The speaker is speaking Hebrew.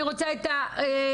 אני רוצה את המקצועות.